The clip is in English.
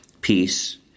peace